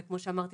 וכמו שאמרת,